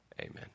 Amen